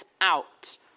out